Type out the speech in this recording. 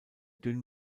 dünn